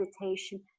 meditation